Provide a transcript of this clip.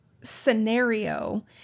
scenario